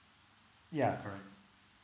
yeah correct